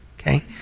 okay